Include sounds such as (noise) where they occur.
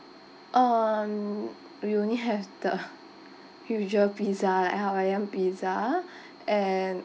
um we only have (laughs) the usual pizza like hawaiian pizza and